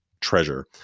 treasure